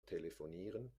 telefonieren